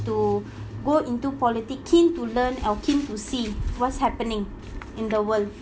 to go into politic keen to learn or keen to see what's happening in the world